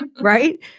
right